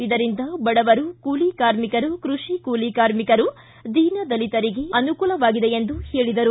ಇದರಿಂದ ಬಡವರು ಕೂಲಿ ಕಾರ್ಮಿಕರು ಕೃಷಿ ಕೂಲಿಕಾರ್ಮಿಕರು ದೀನ ದಲಿತರಿಗೆ ಅನುಕೂಲವಾಗಿದೆ ಎಂದು ಹೇಳಿದರು